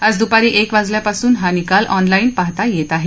आज दुपारी एक वाजल्यापासून हा निकाल ऑनलाईन पाहता येत आहे